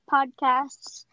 Podcasts